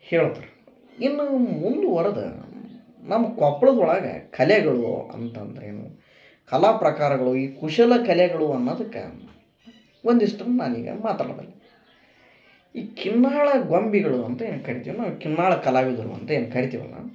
ಹೇಳ್ತಾರ ಇನ್ನು ಮುಂದುವರೆದ ನಮ್ಮ ಕೊಪ್ಳದೊಳಗ ಕಲೆಗಳು ಅಂತಂದರ ಏನು ಕಲಾ ಪ್ರಕಾರಗಳು ಈ ಕುಶಲ ಕಲೆಗಳು ಅನ್ನೋದಿಕ್ಕ ಒಂದಿಷ್ಟು ನಾನೀಗ ಮಾತಾಡಬಲ್ಲೆ ಈ ಕಿನ್ನಾಳ ಗೊಂಬೆಗಳು ಅಂತ ಏನು ಕರಿತಿವಲ್ಲ ಕಿನ್ನಾಳ ಕಲಾವಿದರು ಅಂತ ಏನು ಕರಿತಿವಲ್ಲವಾ